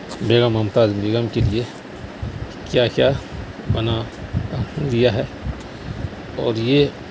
بیگم ممتاز بیگم کے لیے کیا کیا بنا دیا ہے اور یہ